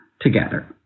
Together